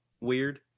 weird